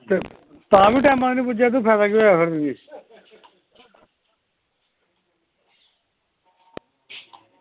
ते तां बी टैमां दा निं पुज्जेआ ते फायदा केह् होआ